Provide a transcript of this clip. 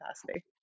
capacity